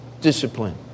discipline